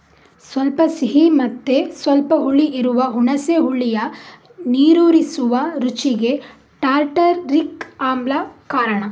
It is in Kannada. ಸ್ವಲ್ಪ ಸಿಹಿ ಮತ್ತೆ ಸ್ವಲ್ಪ ಹುಳಿ ಇರುವ ಹುಣಸೆ ಹುಳಿಯ ನೀರೂರಿಸುವ ರುಚಿಗೆ ಟಾರ್ಟಾರಿಕ್ ಆಮ್ಲ ಕಾರಣ